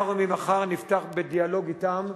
אנחנו מחר נפתח בדיאלוג אתם,